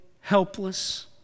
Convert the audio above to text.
helpless